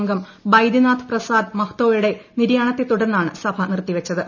അംഗം ബൈദ്യനാഥ് പ്രസാദ് മഹ്തോയുടെ നിര്യാണത്തെ തുടർന്നാണ് സഭ നിർത്തിവച്ചത്